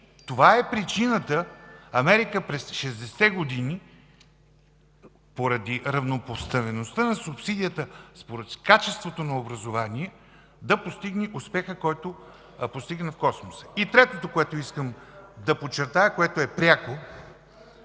Това е причината Америка през 60-те години, поради равнопоставеността на субсидията, според качеството на образованието да постигне успеха, който постигна в Космоса. И третото, което искам да подчертая, което е пряко